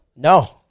No